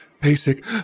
basic